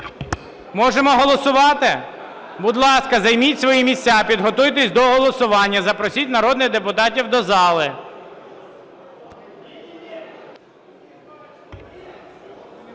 Можемо голосувати? Будь ласка, займіть свої місця, підготуйтесь до голосування. Запросіть народних депутатів до зали.